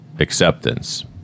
Acceptance